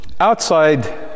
outside